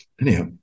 Anyhow